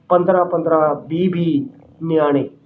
ਪੰਦਰਾਂ ਪੰਦਰਾਂ ਵੀਹ ਵੀਹ ਨਿਆਣੇ